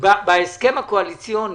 בהסכם הקואליציוני,